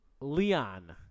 Leon